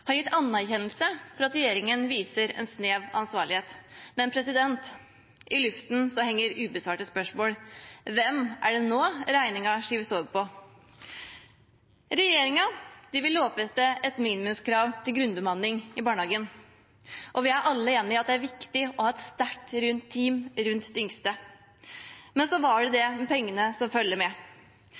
har gitt anerkjennelse for at regjeringen viser et snev av ansvarlighet, men i luften henger det ubesvarte spørsmål: Hvem skyves regningen nå over på? Regjeringen vil lovfeste et minimumskrav til grunnbemanning i barnehagen, og vi er alle enige om at det er viktig å ha et sterkt team rundt de yngste. Men så var det det med pengene som følger med.